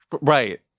Right